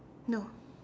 no